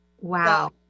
Wow